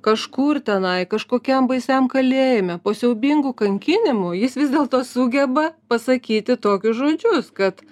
kažkur tenai kažkokiam baisiam kalėjime po siaubingų kankinimų jis vis dėlto sugeba pasakyti tokius žodžius kad